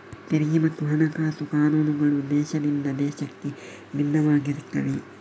ತೆರಿಗೆ ಮತ್ತು ಹಣಕಾಸು ಕಾನೂನುಗಳು ದೇಶದಿಂದ ದೇಶಕ್ಕೆ ಭಿನ್ನವಾಗಿರುತ್ತವೆ